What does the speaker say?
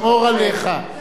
אם אתה פונה אליהם,